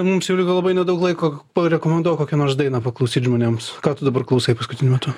mums jau liko labai nedaug laiko parekomenduok kokią nors dainą paklausyt žmonėms ką tu dabar klausai paskutiniu metu